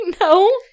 No